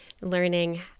learning